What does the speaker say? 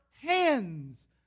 hands